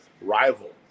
rival